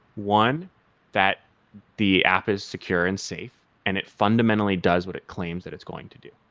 one that the app is secure and safe and it fundamentally does what it claims that it's going to do.